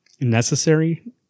necessary